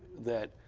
that